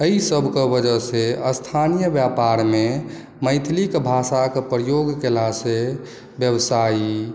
एहि सभके वजहसँ स्थानीय व्यापारमे मैथिलीक भाषाके प्रयोग कयलासँ व्यवसायी